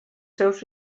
seus